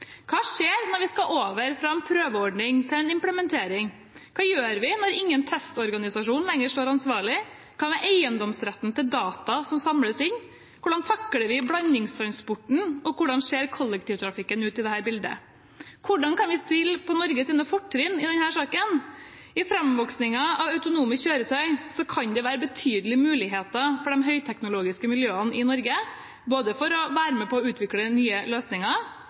Hva skjer når vi skal over fra prøveordning til implementering? Hva gjør vi når ingen testorganisasjon lenger står ansvarlig? Hva med eiendomsretten til data som samles inn? Hvordan takler vi blandingstransporten, og hvordan ser kollektivtrafikken ut i dette bildet? Hvordan kan vi spille på Norges fortrinn i denne saken? I framveksten av autonome kjøretøy kan det være betydelige muligheter for de høyteknologiske miljøene i Norge, både for å være med på å utvikle nye løsninger